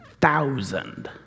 thousand